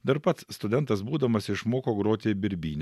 dar pats studentas būdamas išmoko groti birbyne